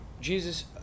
Jesus